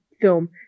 film